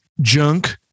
junk